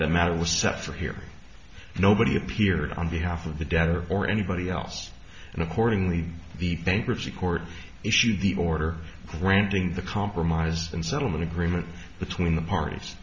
the matter was set for here nobody appeared on behalf of the debtor or anybody else and accordingly the bankruptcy court issued the order granting the compromise and settlement agreement between the parties